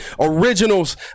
Originals